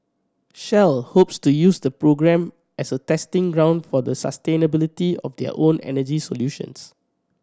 shell hopes to use the program as a testing ground for the sustainability of their own energy solutions